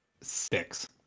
six